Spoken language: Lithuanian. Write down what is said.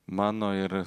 mano ir